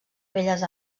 belles